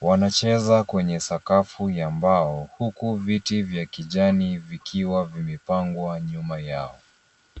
Wanacheza kwenye sakafu ya mbao huku viti vya kijani vikiwa vimepangwa nyuma yao.